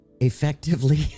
effectively